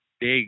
big